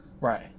Right